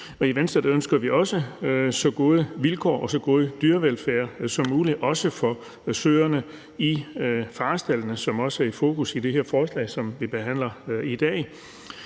i Venstre ønsker vi også så gode vilkår for god en dyrevelfærd som muligt, også for søerne i farestaldene, som er i fokus i det her forslag, vi behandler i dag.